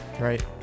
Right